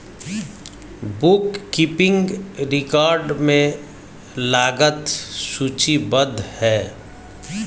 book keeping record में लागत सूचीबद्ध है